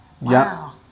Wow